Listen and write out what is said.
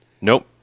Nope